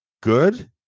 Good